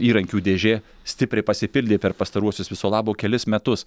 įrankių dėžė stipriai pasipildė per pastaruosius viso labo kelis metus